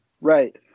right